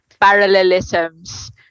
parallelisms